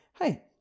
hey